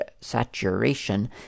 saturation